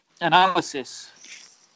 analysis